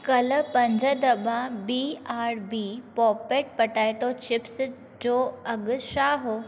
कल पंज दॿा B R B popped potato chips जो अघि छा हो